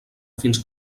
fins